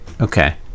okay